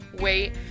wait